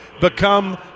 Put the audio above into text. become